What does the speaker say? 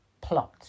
plot